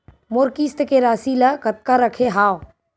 मोर किस्त के राशि ल कतका रखे हाव?